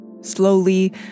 Slowly